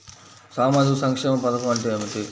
సామాజిక సంక్షేమ పథకం అంటే ఏమిటి?